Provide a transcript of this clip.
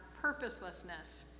purposelessness